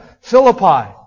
Philippi